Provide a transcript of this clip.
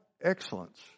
excellence